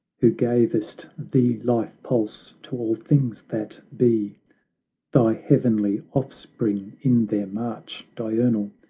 who gavest the life-pulse to all things that be thy heavenly offspring in their march diurnal,